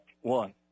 one